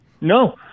No